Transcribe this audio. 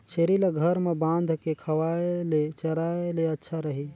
छेरी ल घर म बांध के खवाय ले चराय ले अच्छा रही?